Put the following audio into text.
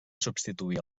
substituir